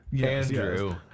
Andrew